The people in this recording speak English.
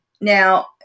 now